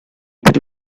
per